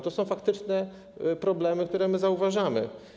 To są faktyczne problemy, które zauważamy.